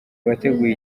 abateguye